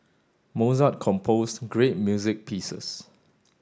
Mozart composed great music pieces